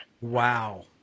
Wow